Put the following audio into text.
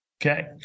Okay